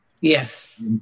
Yes